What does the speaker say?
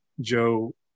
Joe